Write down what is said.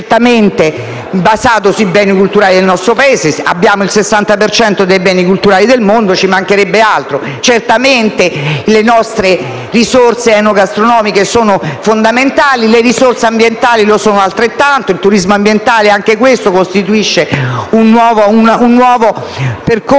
certamente basato sui beni culturali del nostro Paese (abbiamo il 60 per cento dei beni culturali del mondo, ci mancherebbe altro!), così come le nostre risorse enogastronomiche sono fondamentali, le risorse ambientali lo sono altrettanto (il turismo ambientale, anch'esso, costituisce un nuovo percorso